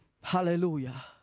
Hallelujah